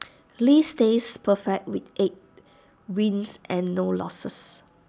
lee stays perfect with eight wins and no losses